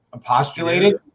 postulated